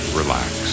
relax